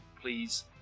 please